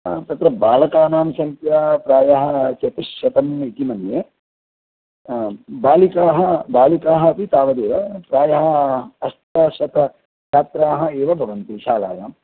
हां तत्र बालकानां संख्या प्रायः चतुश्शतम् इति मन्ये आं बालिकाः बालिकाः अपि तावदेव प्रायः अष्टाशतछात्राः एव भवन्ति शालायाम्